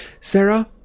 Sarah